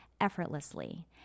effortlessly